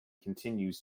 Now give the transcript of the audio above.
continues